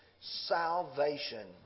salvation